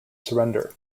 surrender